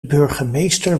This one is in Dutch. burgemeester